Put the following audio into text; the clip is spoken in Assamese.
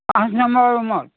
পাঁচ নম্বৰ ৰুমত